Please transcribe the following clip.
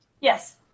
Yes